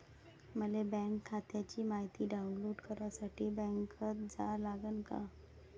मले बँक खात्याची मायती डाऊनलोड करासाठी बँकेत जा लागन का?